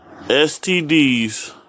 STDs